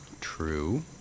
true